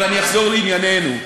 אבל אני אחזור לענייננו.